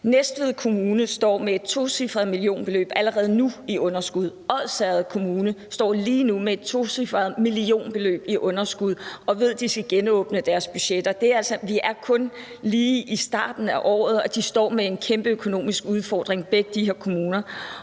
Næstved Kommune står allerede nu med et tocifret millionbeløb i underskud. Odsherred Kommune står lige nu med et tocifret millionbeløb i underskud og ved, at de skal genåbne deres budgetter. Vi er kun lige i starten af året, og begge de her kommuner står med en kæmpe økonomisk udfordring. Hvis de ikke ser